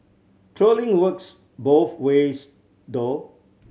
trolling works both ways though